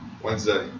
Wednesday